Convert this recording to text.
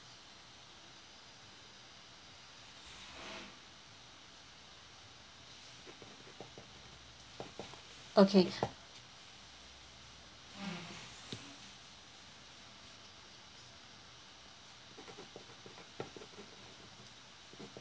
okay